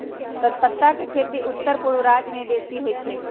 तजपत्ता के खेती उत्तरपूर्व राज्यमें बेशी होइ छइ